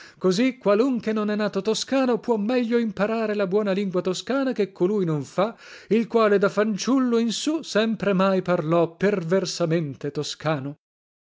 così qualunche non è nato toscano può meglio imparare la buona lingua toscana che colui non fa il quale da fanciullo in su sempremai parlò perversamente toscano